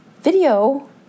Video